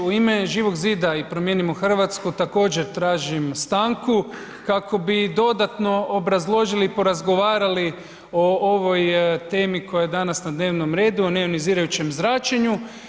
U ime Živog zida i Promijenimo Hrvatsku također tražim stanku kako bi dodatno obrazložili i porazgovarali o ovoj temi koja je danas na dnevnom redu o ne ionizirajućem zračenju.